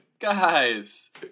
Guys